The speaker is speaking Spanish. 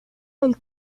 del